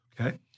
Okay